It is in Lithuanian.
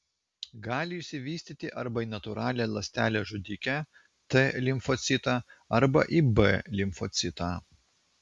gali išsivystyti arba į natūralią ląstelę žudikę t limfocitą arba į b limfocitą